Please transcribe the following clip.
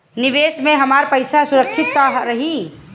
निवेश में हमार पईसा सुरक्षित त रही?